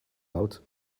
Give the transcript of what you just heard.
out